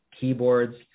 keyboards